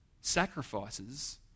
sacrifices